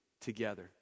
together